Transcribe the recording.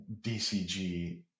DCG